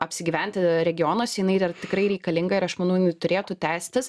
apsigyventi regionuos jinai dar tikrai reikalinga ir aš manau jinai turėtų tęstis